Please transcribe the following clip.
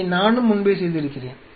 இதை நானும் முன்பே செய்திருக்கிறேன்